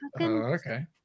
okay